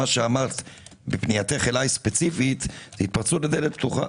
מה שאמרת בפנייתך אליי ספציפית זה התפרצות לדלת פתוחה.